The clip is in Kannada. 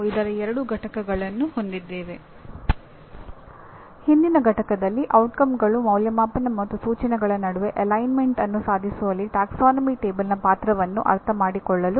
ಇದರ ಅರ್ಥವೇನೆಂದರೆ ಕಲಿಯುವವರು ಏನು ಕಲಿಯಬೇಕು ಮತ್ತು ಅವರು ಎಷ್ಟರ ಮಟ್ಟಿಗೆ ಕಲಿಯುತ್ತಿದ್ದಾರೆ ಎಂಬುದರ ಮೇಲೆ ಗಮನ ಕೇಂದ್ರೀಕರಿಸಬೇಕಾಗುತ್ತದೆ